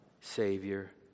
Savior